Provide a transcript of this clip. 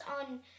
on